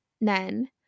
Nen